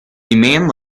demand